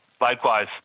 Likewise